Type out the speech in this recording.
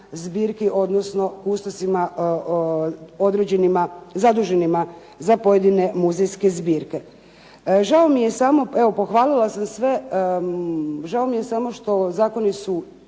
odnosno kustosima zaduženima za pojedine muzejske zbirke. Žao mi je samo, evo